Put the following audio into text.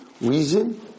Reason